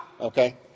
Okay